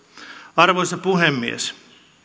arvoisa puhemies